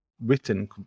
written